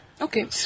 Okay